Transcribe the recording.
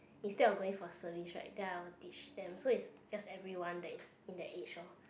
instead of going for service right then I will teach them so it's just everyone that is in that age lor